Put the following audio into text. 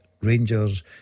Rangers